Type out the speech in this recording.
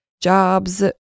Jobs